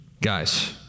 Guys